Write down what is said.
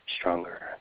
stronger